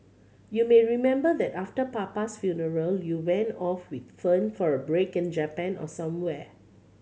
you may remember that after papa's funeral you went off with Fern for a break in Japan or somewhere